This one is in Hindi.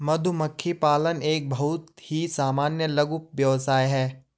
मधुमक्खी पालन एक बहुत ही सामान्य लघु व्यवसाय है